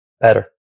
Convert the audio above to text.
better